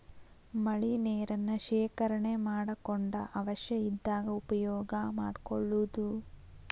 ಮಳಿ ನೇರನ್ನ ಶೇಕರಣೆ ಮಾಡಕೊಂಡ ಅವಶ್ಯ ಇದ್ದಾಗ ಉಪಯೋಗಾ ಮಾಡ್ಕೊಳುದು